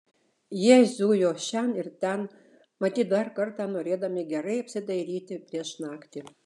jie zujo šen ir ten matyt dar kartą norėdami gerai apsidairyti prieš naktį